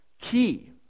Key